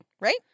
Right